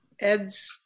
Ed's